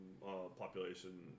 Population